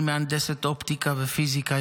אני מהנדסת אופטיקה ופיזיקה,